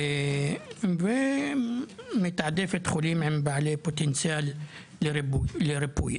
מתעדפים חולים עם פוטנציאל לריפוי.